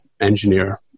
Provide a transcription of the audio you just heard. engineer